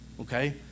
Okay